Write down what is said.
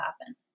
happen